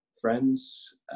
friends